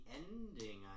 ending